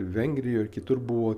vengrijoj ar kitur buvo